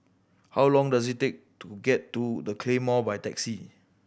how long does it take to get to The Claymore by taxi